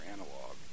Analog